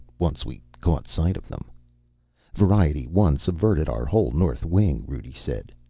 once we caught sight of them variety one subverted our whole north wing, rudi said.